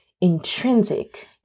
intrinsic